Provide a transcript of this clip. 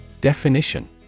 Definition